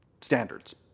standards